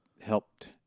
helped